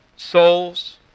Souls